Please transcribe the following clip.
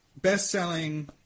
best-selling